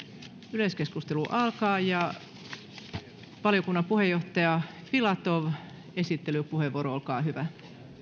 yleiskeskustelu alkaa valiokunnan puheenjohtaja filatov esittelypuheenvuoro olkaa hyvä